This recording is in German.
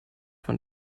von